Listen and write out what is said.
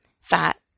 fat